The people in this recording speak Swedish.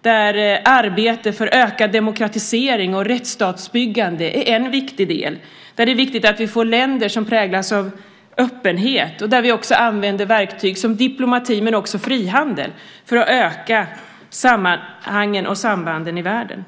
där arbete för ökad demokratisering och rättsstatsbyggande är en viktig del. Det är viktigt att vi får länder som präglas av öppenhet och där vi använder verktyg som diplomati men också frihandel för att öka sambanden i världen.